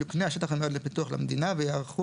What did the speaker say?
יוקנה השטח המיועד לפיתוח למדינה וייערכו